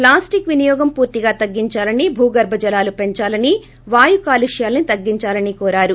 plastic వినియోగం పూర్తిగా తగ్గిందాలని భూగర్బ జలాలు పెంచాలని వాయు కాలుష్యాన్సి తగ్గిందాలని కోరారు